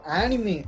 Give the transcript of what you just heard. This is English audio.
anime